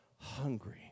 Hungry